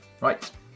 Right